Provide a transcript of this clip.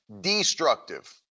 Destructive